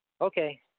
Okay